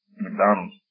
McDonald's